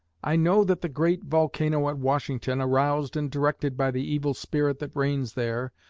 i know that the great volcano at washington, aroused and directed by the evil spirit that reigns there,